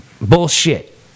Bullshit